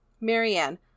Marianne